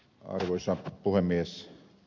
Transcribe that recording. arvoisa puhemies